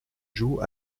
joue